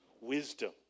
wisdom